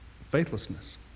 Faithlessness